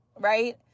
right